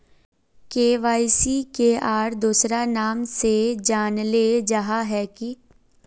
KYC के आर दोसरा नाम से जानले जाहा है की?